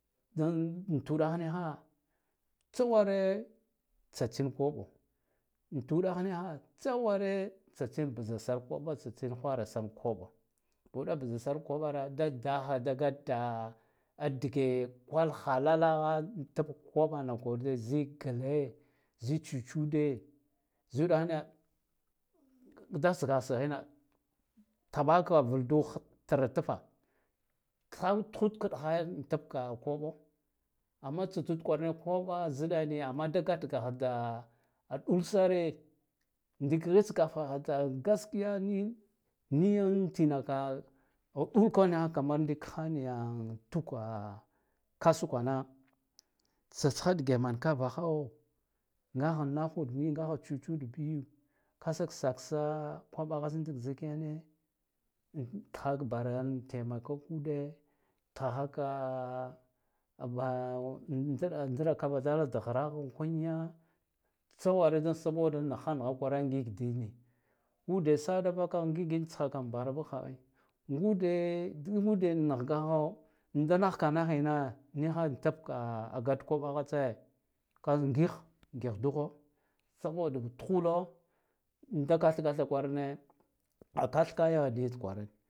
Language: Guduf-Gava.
Dun utuɗah niha tsa ware tsatsin koɓo da uɗah niha tsa ware tsatsin bzasar koɓa kuma tsatsin hwara sar koɓa uɗa bza sar koɓa ra dadaha da gata dige kwal halalalaha an tab koɓa na kwarude zik gle zi chuchude za uɗah nahe da sgah sgahine tah ba haka vuldu tra tfa ka utakaɗe kɗhai an tab ka koɓa amma tsa tsud kwarane koɓa ziɗa niya amma da gatgaha a ɗulsare ndikri tsgaha ta gaskiya ni niya tina ka uɗukwa ka man ndik hanyan tukwa kasu kwana tsatsha ɗige mankavaho nga naho. dbi ngaha chuchud bi kazak saksa koɓuha zikene tha barayan temaka kauɗe thahaka a am njaran jra kava dhraha kunya tsa warine saboda nahha naha kwarane ngig dine ngude sadavakaha ngin tsha kam barabas hwaran ngude dig ngude nah gahha da nahka nahina niha tabka gat koɓaha tse ka zik ndih ndih duho saboda tuhdo da ka tha katha kwa rane a kathkayo nivin ni tkwaran.